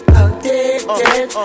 addicted